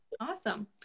Awesome